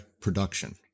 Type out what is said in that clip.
production